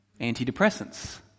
antidepressants